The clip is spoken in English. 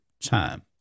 Time